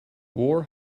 war